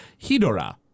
Hidora